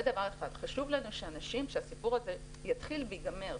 חשוב לנו שהסיפור הזה יתחיל וייגמר,